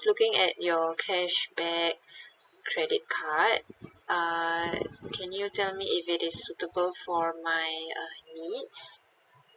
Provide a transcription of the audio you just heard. looking at your cashback credit card uh can you tell me if it is suitable for my uh needs